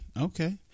Okay